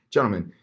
Gentlemen